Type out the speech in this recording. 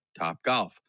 Topgolf